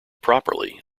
properly